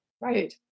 Right